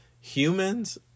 Humans